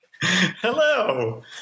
Hello